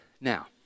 now